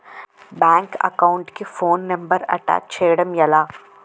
Bank account కి phone number attach చేయడం ఎలా?